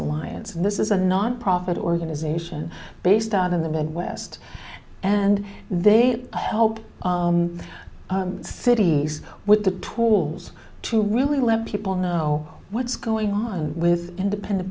alliance this is a nonprofit organization based out of the midwest and they help cities with the tools to really let people know what's going on with independent